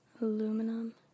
aluminum